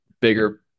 bigger